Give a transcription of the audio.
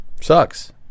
Sucks